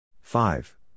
Five